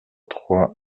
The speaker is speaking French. trois